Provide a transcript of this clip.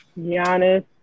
Giannis